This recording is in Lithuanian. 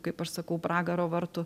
kaip aš sakau pragaro vartų